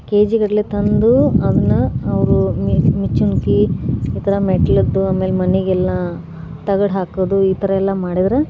K G ಗಟ್ಟಲೆ ತಂದು ಅದನ್ನು ಅವರು ಮಿಚುನ್ಕಿ ಈ ಥರ ಮೆಟ್ಲಿಂದು ಆಮೇಲೆ ಮನೆಗೆಲ್ಲ ತಗಡು ಹಾಕೋದು ಈ ಥರ ಎಲ್ಲ ಮಾಡಿದ್ರು